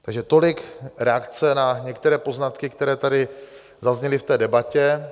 Takže tolik reakce na některé poznatky, které tady zazněly v debatě.